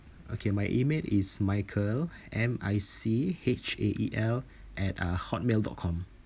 okay my email is michael M I C H A E L at hotmail dot com